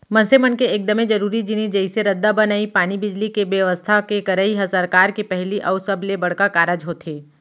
मनसे मन के एकदमे जरूरी जिनिस जइसे रद्दा बनई, पानी, बिजली, के बेवस्था के करई ह सरकार के पहिली अउ सबले बड़का कारज होथे